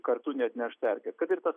kartu neatneštų erkės kad ir tas